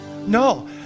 No